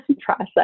process